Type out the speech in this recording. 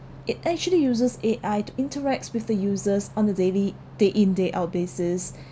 it actually uses A_I to interacts with the users on the daily day in day out basis